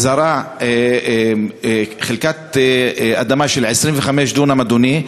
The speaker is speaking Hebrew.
זרע חלקת אדמה של 25 דונם, אדוני.